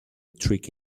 trick